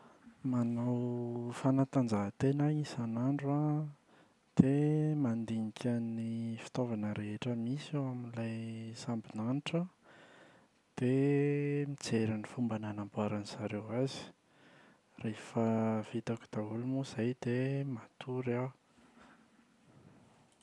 Manao fanatanjahantena aho isan’andro an, dia mandinika ny fitaovana rehetra misy ao amin’ilay sambon-danitra dia mijery ny fomba nanamboaran’izareo azy. Rehefa vitako daholo moa izay dia matory aho.